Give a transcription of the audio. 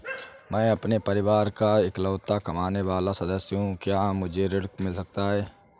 मैं अपने परिवार का इकलौता कमाने वाला सदस्य हूँ क्या मुझे ऋण मिल सकता है?